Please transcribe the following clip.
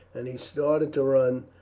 and he started to run,